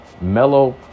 Mellow